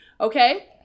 okay